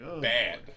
Bad